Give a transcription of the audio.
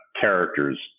characters